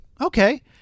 okay